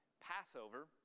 Passover